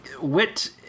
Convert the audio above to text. wit